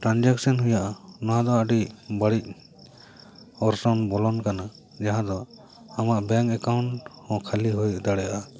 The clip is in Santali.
ᱴᱨᱟᱝᱡᱮᱠᱥᱮᱱ ᱦᱩᱭᱩᱜᱼᱟ ᱱᱚᱣᱟ ᱫᱚ ᱟᱹᱰᱤ ᱵᱟᱹᱲᱤᱡ ᱚᱨᱥᱚᱝ ᱵᱚᱞᱚᱱ ᱠᱟᱱᱟ ᱡᱟᱦᱟᱸ ᱫᱚ ᱟᱢᱟᱜ ᱵᱮᱝᱠ ᱮᱠᱟᱩᱱᱴ ᱦᱚᱸ ᱠᱷᱟᱹᱞᱤ ᱦᱩᱭ ᱫᱟᱲᱮᱭᱟᱜᱼᱟ